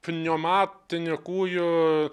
pneumatiniu kūju